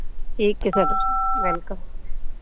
ਠੀਕ ਹੈ sir welcome